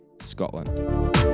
scotland